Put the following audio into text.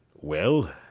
well,